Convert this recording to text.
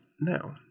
now